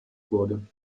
wurde